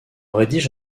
rédige